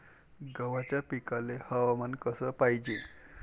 गव्हाच्या पिकाले हवामान कस पायजे?